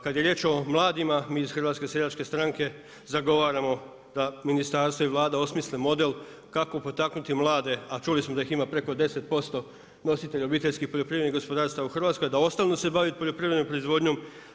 Kad je riječ o mladima mi iz HSS zagovaramo da ministarstvo i Vlada osmisli model, kako potaknuti mlade, a čuli smo da ih ima preko 10% nositelja obiteljskih poljoprivrednih gospodarstava u Hrvatskoj, da ostanu se baviti poljoprivrednoj proizvodnjom.